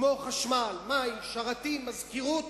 כמו חשמל, מים, שרתים, מזכירות,